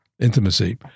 intimacy